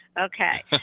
Okay